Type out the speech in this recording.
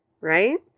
right